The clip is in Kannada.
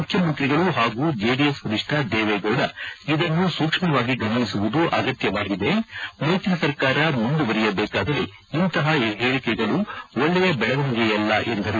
ಮುಖ್ಯಮಂತ್ರಿಗಳು ಹಾಗೂ ಜೆಡಿಎಸ್ ವರಿಷ್ಠ ದೇವೇಗೌಡ ಇದನ್ನು ಸೂಕ್ಷ್ವಾಗಿ ಗಮನಿಸುವುದು ಅಗತ್ತವಾಗಿದೆ ಮೈತ್ರಿ ಸರ್ಕಾರ ಮುಂದುವರೆಯಬೇಕಾದರೆ ಇಂತಹ ಹೇಳಿಕೆಗಳು ಒಳ್ಳೆಯ ಬೆಳವಣಿಗೆಯಲ್ಲ ಎಂದರು